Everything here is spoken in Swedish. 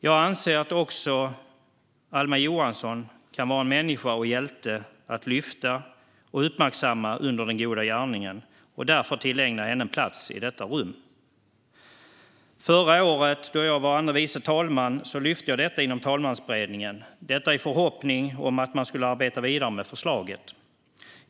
Jag anser att också Alma Johansson kan vara en människa och hjälte att lyfta fram och uppmärksamma den goda gärningen och därför tillägna henne en plats i detta rum. Förra året, då jag var andre vice talman, lyfte jag upp detta inom talmansberedningen, detta i förhoppning om att man skulle arbeta vidare med förslaget.